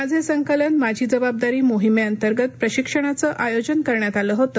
माझे संकलन माझी जबाबदारी मोहिमे अंतर्गत प्रशिक्षणाचं आयोजन करण्यात आलं होतं